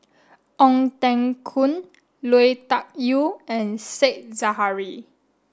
Ong Teng Koon Lui Tuck Yew and Said Zahari